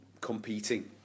competing